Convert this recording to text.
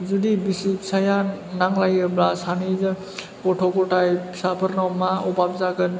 जुदि बिसि फिसाया नांलायोब्ला सानैजों गथ' गथाय फिसाफोरनाव मा अभाब जागोन